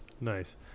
nice